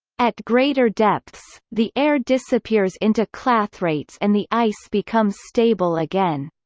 at greater depths, the air disappears into clathrates and the ice becomes stable again.